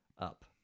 up